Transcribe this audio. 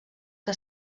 que